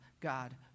God